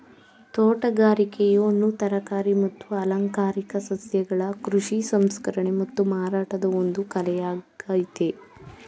ತೋಟಗಾರಿಕೆಯು ಹಣ್ಣು ತರಕಾರಿ ಮತ್ತು ಅಲಂಕಾರಿಕ ಸಸ್ಯಗಳ ಕೃಷಿ ಸಂಸ್ಕರಣೆ ಮತ್ತು ಮಾರಾಟದ ಒಂದು ಕಲೆಯಾಗಯ್ತೆ